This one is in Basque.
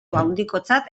handikotzat